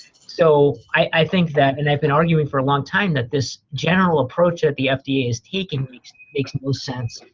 so i think that and i've been arguing for a long time that this general approach that the fda has taken makes no sense.